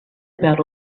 about